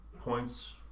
points